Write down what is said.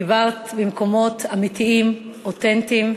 דיברת ממקומות אמיתיים, אותנטיים,